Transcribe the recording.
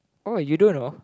oh you don't know